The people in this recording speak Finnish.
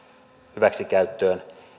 hyväksikäyttöön